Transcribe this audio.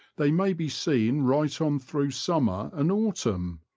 they may be seen right on through summer and autumn,